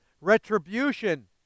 Retribution